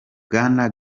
bwana